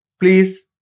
Please